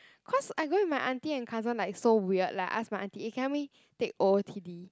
cause I going with my auntie and cousin like so weird like I ask my auntie eh can help me take o_o_t_d